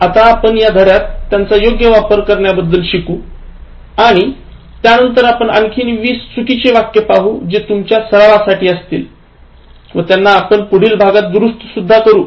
आता आपण या धड्यात त्यांचा योग्य वापर करण्याबद्दल शिकू आणि त्यानंतर आपण आणखी 20 चुकीचे वाक्य पाहू जे तुमच्या सरावासाठी असतील व त्यांना आपण पुढील भागात दुरुस्त करू